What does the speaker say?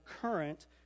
current